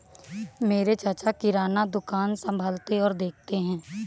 मेरे चाचा किराना दुकान संभालते और देखते हैं